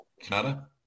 Canada